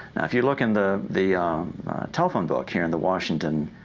if you look in the the telephone book here in the washington,